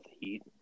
Heat